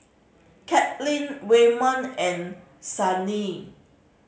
Kathlyn Waymon and Sydnee